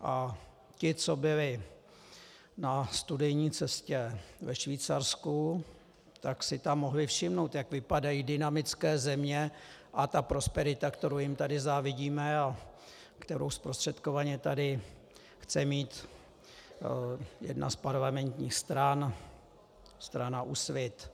A ti, co byli na studijní cestě ve Švýcarsku, si tam mohli všimnout, jak vypadají dynamické země a ta prosperita, kterou jim tady závidíme a kterou zprostředkovaně tady chce mít jedna z parlamentních stran, strana Úsvit.